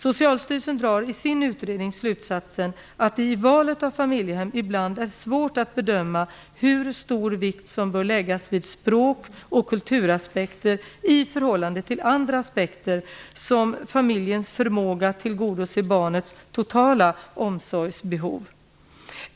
Socialstyrelsen drar i sin utredning slutsatsen att det i valet av familjehem ibland är svårt att bedöma hur stor vikt som bör läggas vid språk och kulturaspekter i förhållande till andra aspekter, som familjens förmåga att tillgodose barnets totala omsorgsbehov.